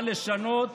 בא לשנות